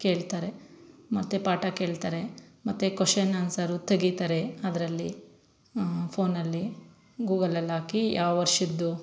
ಕೇಳ್ತಾರೆ ಮತ್ತು ಪಾಠ ಕೇಳ್ತಾರೆ ಮತ್ತು ಕ್ವಷನ್ ಆನ್ಸರು ತೆಗಿತಾರೆ ಅದರಲ್ಲಿ ಫೋನಲ್ಲಿ ಗೂಗಲಲ್ಲಾಕಿ ಯಾವ ವರ್ಷದ್ದು